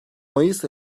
mayıs